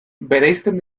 bereizten